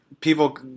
people